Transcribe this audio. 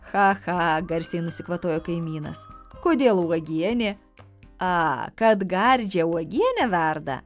cha cha garsiai nusikvatojo kaimynas kodėl uogienė a kad gardžią uogienę verda